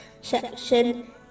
section